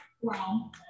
Wow